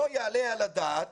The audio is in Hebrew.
לא יעלה על הדעת